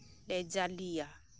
ᱞᱮ ᱡᱟᱞᱮᱭᱟ